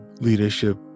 leadership